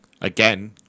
Again